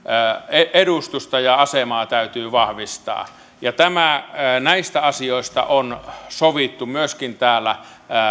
edustusta ja asemaa täytyy vahvistaa näistä asioista on sovittu myöskin